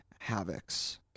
Havocs